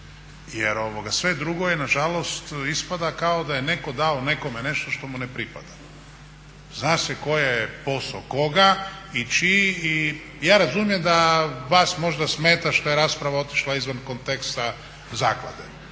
Jer sve drugo je nažalost ispada kao da je netko dao nekome nešto što mu ne pripada. Zna se koji je posao koga i čiji. I ja razumijem da vas možda smeta što je rasprava otišla izvan konteksta zaklade,